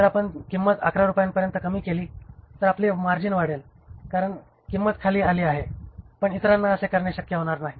जर आपण किंमत 11 रुपयांपर्यंत कमी केली तर आपली मार्जिन वाढेल कारण किंमत खाली आली आहे पण इतरांना असे करणे शक्य होणार नाही